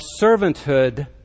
servanthood